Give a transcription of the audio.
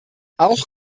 auch